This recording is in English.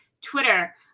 twitter